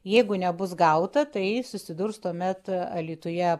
jeigu nebus gauta tai susidurs tuomet alytuje